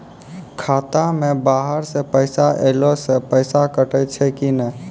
खाता मे बाहर से पैसा ऐलो से पैसा कटै छै कि नै?